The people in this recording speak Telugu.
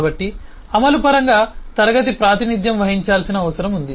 కాబట్టి అమలు పరంగా క్లాస్ ప్రాతినిధ్యం వహించాల్సిన అవసరం ఉంది